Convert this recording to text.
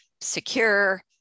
secure